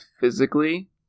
physically